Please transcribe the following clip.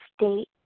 state